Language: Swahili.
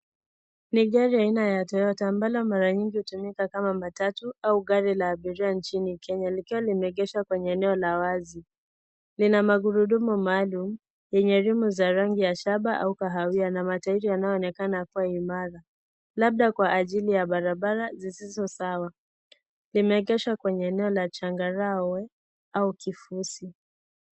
Ni gari aina ya Toyota ambalo mara nyingi linatumika kama matatu au gari la abiria nchini Kenya likiwa limeegeshwa kwenye eneo la wazi. Lina magurudumu maalum yenye rimu za rangi ya Shaba au kahawia na wateja wanaonekana kuwa imara labda Kwa ajili ya barabara zisizo Sawa. Limeegeshwa kwenye eneo la changarawe au kifuzi.